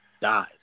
dies